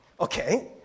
okay